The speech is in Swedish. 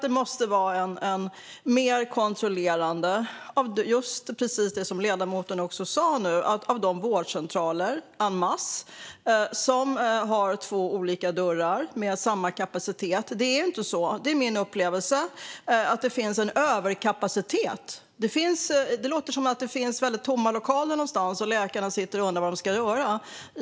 Det måste vara mer kontrollerande, precis som ledamoten sa här, av de vårdcentraler en masse som har två olika dörrar med samma kapacitet. Det är inte min upplevelse att det finns en överkapacitet. Det låter som om det finns tomma lokaler där läkarna sitter och undrar vad de ska göra.